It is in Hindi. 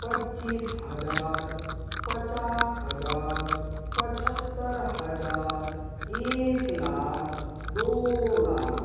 पच्चीस हजार पचास हजार पचहत्तर हजार एक लाख दो लाख